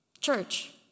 Church